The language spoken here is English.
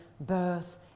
birth